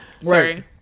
sorry